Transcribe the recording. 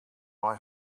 mei